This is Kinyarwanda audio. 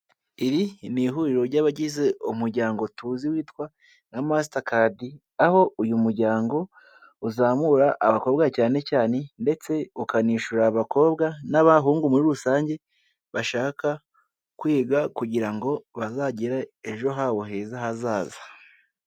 Iri ni ihuriro ry'abagize umuryango tuzi witwa ''masitakadi''aho uyu muryango uzamura abakobwa cyane cyane ndetse ukanishyurira abakobwa n'abahungu muri rusange, bashaka kwiga kugira ngo bazagire ejo habo heza hazaza.